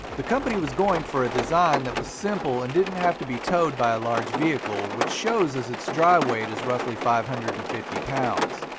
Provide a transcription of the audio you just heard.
the company was going for a design that was simple and didn't have to be towed by a large vehicle, which shows as its dry weight is roughly five hundred and fifty pounds.